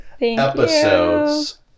episodes